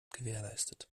gewährleistet